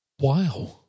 Wow